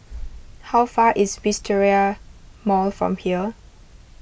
how far is Wisteria Mall from here